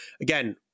again